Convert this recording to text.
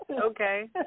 Okay